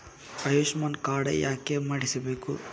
Ayushman card ಯಾಕೆ ಮಾಡಿಸಬೇಕು?